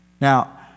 Now